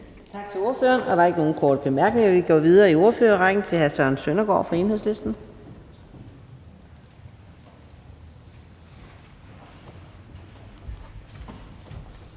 Tak til ordføreren. Der er ikke nogen korte bemærkninger, så vi går videre i ordførerrækken til hr. Søren Egge Rasmussen, Enhedslisten.